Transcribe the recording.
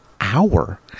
hour